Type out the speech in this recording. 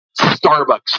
Starbucks